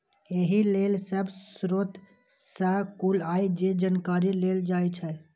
एहि लेल सब स्रोत सं कुल आय के जानकारी लेल जाइ छै